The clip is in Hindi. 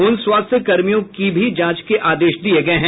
उन स्वास्थ्य कर्मियों के भी जांच के आदेश दिये गये हैं